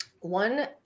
One